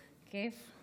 כיף.